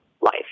life